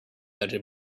engine